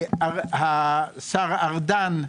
השר ארדן.